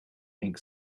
pink